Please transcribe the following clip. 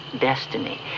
destiny